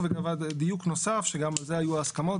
דיוק נוסף שגם על זה היו הסכמות.